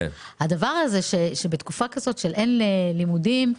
זאת תקופה שאין בה לימודים,